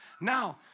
Now